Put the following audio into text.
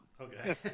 Okay